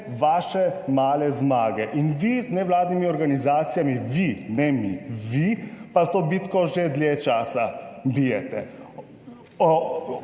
vaše male zmage. In vi z nevladnimi organizacijami, vi ne mi, vi pa to bitko že dlje časa bijete.